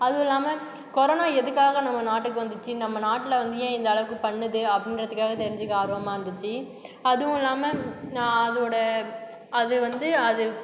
அதுவும் இல்லாமல் கொரோனா எதுக்காக நம்ம நாட்டுக்கு வந்துச்சு நம்ம நாட்டில் வந்து ஏன் இந்த அளவுக்கு பண்ணுது அப்படின்றதுக்காக தெரிஞ்சுக்க ஆர்வமாக இருந்துச்சு அதுவும் இல்லாமல் அதோடு அது வந்து அது